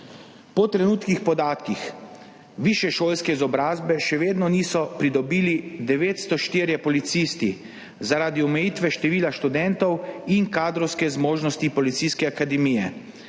Po trenutnih podatkih višješolske izobrazbe še vedno niso pridobili 904 policisti zaradi omejitve števila študentov in kadrovske zmožnosti policijske akademije.